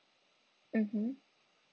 mmhmm